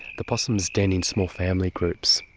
the possums den in small family groups,